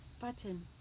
Button